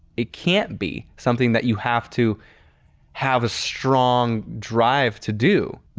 it can't be something that you have to have a strong drive to do.